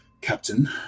Captain